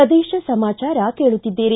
ಪ್ರದೇಶ ಸಮಾಚಾರ ಕೇಳುತ್ತಿದ್ದೀರಿ